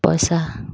পইচা